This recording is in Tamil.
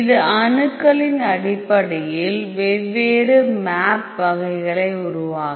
இது அணுக்களின் அடிப்படையில் வெவ்வேறு மேப் வகைகளை உருவாக்கும்